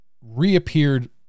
reappeared